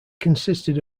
consisted